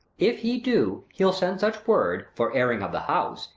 if he do, he'll send such word, for airing of the house,